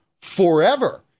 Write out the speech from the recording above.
forever